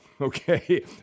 Okay